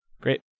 Great